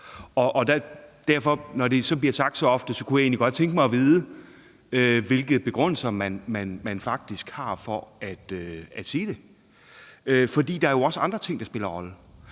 jeg egentlig godt tænke mig at vide, hvilke begrundelser man faktisk har for at sige det. For der er jo også andre ting, der spiller en rolle.